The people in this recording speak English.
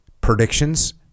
predictions